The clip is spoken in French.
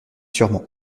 sûrement